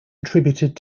attributed